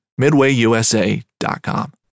MidwayUSA.com